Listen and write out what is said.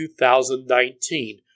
2019